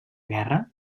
guerra